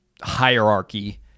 hierarchy